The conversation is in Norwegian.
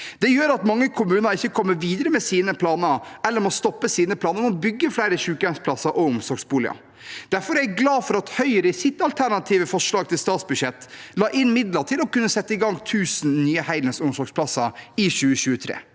Det gjør at mange kommuner ikke kommer videre med eller må stoppe sine planer om å bygge flere sykehjemsplasser og omsorgsboliger. Derfor er jeg glad for at Høyre i sitt alternative forslag til statsbudsjett la inn midler til å kunne sette i gang med 1 000 nye heldøgns omsorgsplasser i 2023.